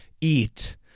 eat